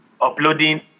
uploading